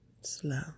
Slow